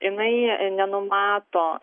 jinai nenumato